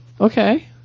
Okay